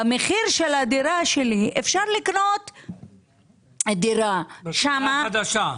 ובמחיר שלה אפשר לקנות בשכונה החדשה,